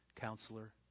Counselor